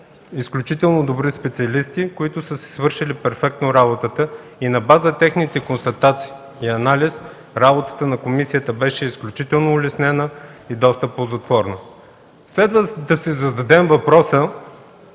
изключително добри специалисти, които са си свършили перфектно работата. На база техните констатации и анализ работата на комисията беше изключително улеснена и доста ползотворна. Следва да си зададем въпроса: